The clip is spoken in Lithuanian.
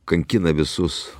kankina visus